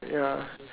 ya